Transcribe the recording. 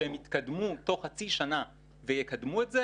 שהם יתקדמו תוך חצי שנה ויקדמו את זה